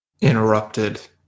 interrupted